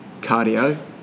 cardio